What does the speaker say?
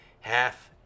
half